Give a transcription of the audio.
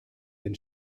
den